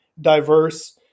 diverse